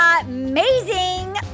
Amazing